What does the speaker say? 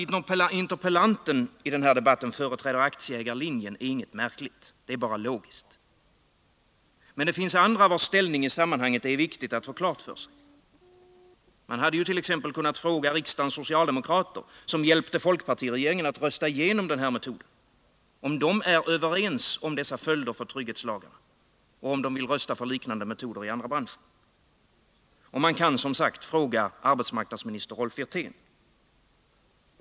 Att interpellanten i den här debatten företräder aktieägarlinjen är inget märkligt. Det är bara logiskt. Men det finns andra vilkas ställning i sammanhanget det är viktigt att få klar för sig. Man hade t.ex. kunnat fråga riksdagens socialdemokrater, som hjälpte folkpartiregeringen att rösta igenom den här metoden, om de är överens om dessa följder för trygghetslagarna och om de vill rösta för liknande metoder i andra branscher. Och man kan, som jag nu gör, fråga arbetsmarknadsministern Rolf Wirtén.